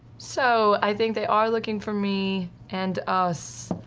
so i think they are looking for me and us,